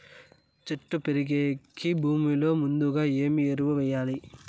చెట్టు పెరిగేకి భూమిలో ముందుగా ఏమి ఎరువులు వేయాలి?